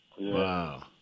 Wow